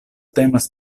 temas